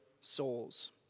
souls